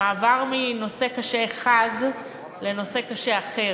במעבר מנושא קשה אחד לנושא קשה אחר: